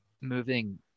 moving